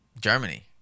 Germany